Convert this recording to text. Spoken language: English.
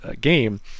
game